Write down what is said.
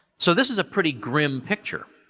so, this is a pretty grim picture,